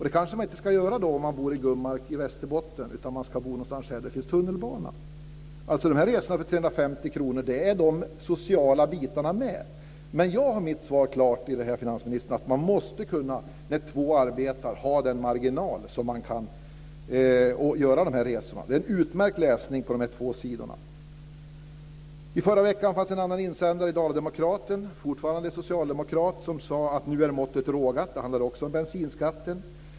Det kanske man inte ska göra om man bor i Gummark i Västerbotten utan man ska bo någonstans här där det finns tunnelbana. I resorna för 350 kr är de sociala bitarna med. Jag har mitt svar klart, finansministern. Man måste med två arbeten kunna ha en marginal så att det går att göra de resorna. Dessa två sidor är utmärkt läsning. I förra veckan fanns det en annan insändare i Dala-Demokraten. Fortfarande var det en socialdemokrat som denna gång sade att nu är måttet rågat. Det handlade också om bensinskatten.